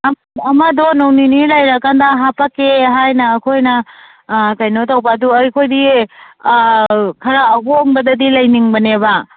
ꯑꯃꯗꯣ ꯅꯣꯡꯃ ꯅꯤꯅꯤ ꯂꯩꯔꯀꯥꯟꯗ ꯍꯥꯄꯛꯀꯦ ꯍꯥꯏꯅ ꯑꯩꯈꯣꯏꯅ ꯀꯩꯅꯣ ꯇꯧꯕ ꯑꯗꯨ ꯑꯩꯈꯣꯏꯗꯤ ꯈꯔ ꯑꯍꯣꯡꯕꯗꯗꯤ ꯂꯩꯅꯤꯡꯕꯅꯦꯕ